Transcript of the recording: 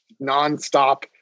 nonstop